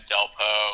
Delpo